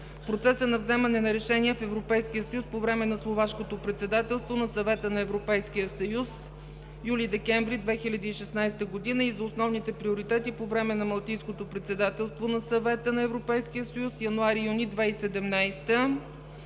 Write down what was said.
процеса на вземане на решение в Европейския съюз по време на словашкото председателство на Съвета на Европейския съюз – юли – декември 2016 г., и за основните приоритети по време на малтийското председателство на Съвета на Европейския съюз –януари – юни 2017